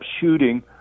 shooting